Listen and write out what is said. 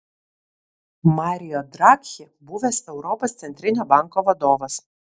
mario draghi buvęs europos centrinio banko vadovas